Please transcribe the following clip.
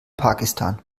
pakistan